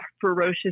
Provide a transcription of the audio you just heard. ferocious